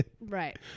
Right